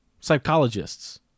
psychologists